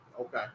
Okay